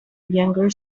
younger